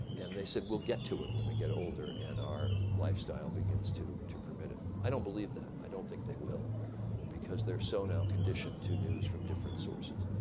and they said, we'll get to it when we get older and our lifestyle begins to to permit it. i don't believe that. i don't think they will because they're so now conditioned to news from different sources.